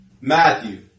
Matthew